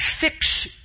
fix